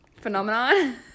phenomenon